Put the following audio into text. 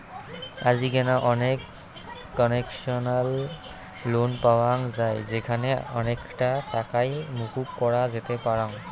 আজিকেনা অনেক concessional loan পাওয়াঙ যাই যেখানে অনেকটা টাকাই মকুব করা যেতে পারাং